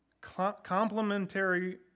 complementary